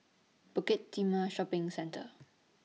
Bukit Timah Shopping Centre